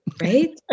Right